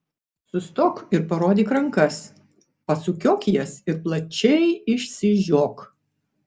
sustok ir parodyk rankas pasukiok jas ir plačiai išsižiok